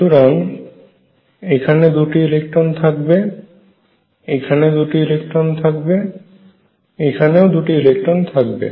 সুতরাং এখানে দুটি ইলেকট্রন থাকবে এখানে দুটি ইলেকট্রন থাকবে এখানেও দুটি ইলেকট্রন থাকবে